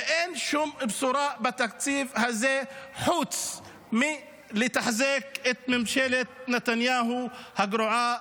אין שום בשורה בתקציב הזה חוץ מתחזוקת ממשלת נתניהו הגרועה,